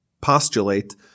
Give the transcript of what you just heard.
postulate